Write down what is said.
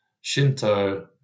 Shinto